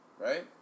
Right